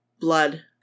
Blood